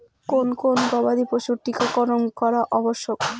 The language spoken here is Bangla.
কোন কোন গবাদি পশুর টীকা করন করা আবশ্যক?